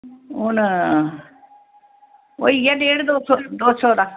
हून होई गेआ डेढ़ दो सौ दा